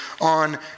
on